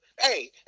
Hey